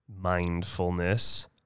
mindfulness